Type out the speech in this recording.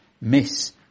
miss